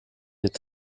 est